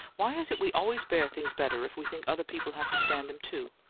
why is it we always bear things better if we think other people have to stand them, too?